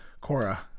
Cora